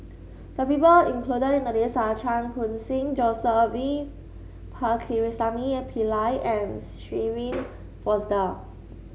the people included in the list are Chan Khun Sing Joseph V Pakirisamy Pillai and Shirin Fozdar